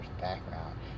background